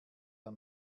der